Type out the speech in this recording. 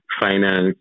finance